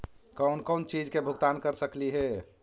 कौन कौन चिज के भुगतान कर सकली हे?